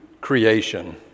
creation